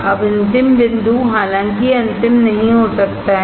अब अंतिम बिंदु हालांकि यह अंतिम नहीं हो सकता है